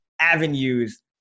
avenues